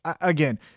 Again